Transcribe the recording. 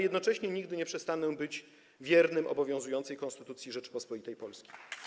Jednocześnie nigdy nie przestanę być wierny obowiązującej Konstytucji Rzeczypospolitej Polskiej.